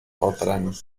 faltaran